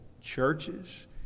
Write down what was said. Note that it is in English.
churches